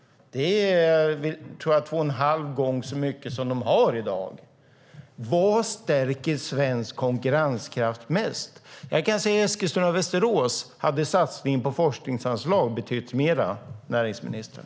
Det tror jag är två och en halv gång mer än man i dag har. Vad stärker alltså svensk konkurrenskraft mest? Jag kan säga att i Eskilstuna och Västerås hade en satsning på forskningsanslag betytt mer, näringsministern!